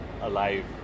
alive